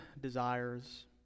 desires